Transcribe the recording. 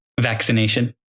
vaccination